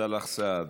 סאלח סעד,